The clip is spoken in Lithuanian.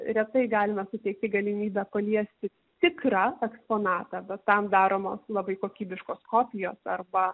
retai galime suteikti galimybę paliesti tikrą eksponatą bet tam daromos labai kokybiškos kopijos arba